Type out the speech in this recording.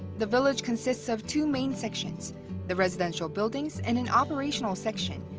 the village consists of two main sections the residential buildings and an operational section,